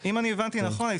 אם אני הבנתי נכון,